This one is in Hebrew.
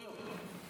חוץ מבן-גוריון.